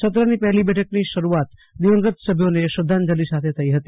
સત્રની પહેલી બેઠકની શરૂઆત દિવંગત સભ્યોને શ્રધ્ધાંજલી સાથે થઈ હતી